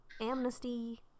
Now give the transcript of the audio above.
Amnesty